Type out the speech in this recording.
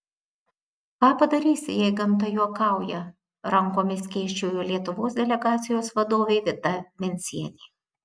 ką padarysi jei gamta juokauja rankomis skėsčiojo lietuvos delegacijos vadovė vida vencienė